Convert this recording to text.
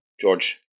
George